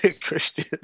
Christian